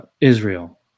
israel